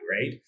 right